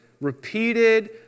repeated